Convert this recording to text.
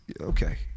Okay